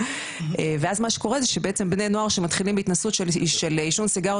ומה שקורה זה שבעצם בני נוער שמתחילים בהתנסות של עישון סיגריות